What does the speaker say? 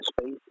space